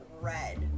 red